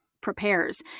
prepares